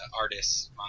artists